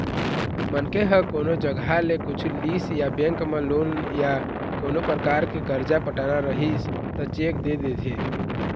मनखे ह कोनो जघा ले कुछु लिस या बेंक म लोन या कोनो परकार के करजा पटाना रहिस त चेक दे देथे